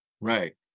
right